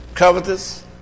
Covetous